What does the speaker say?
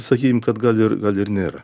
sakykim kad gal ir gal ir nėra